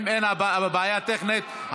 אם אין בעיה טכנית,